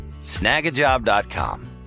snagajob.com